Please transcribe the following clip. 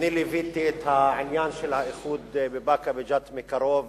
אני ליוויתי את העניין של איחוד באקה וג'ת מקרוב.